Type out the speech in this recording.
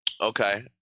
Okay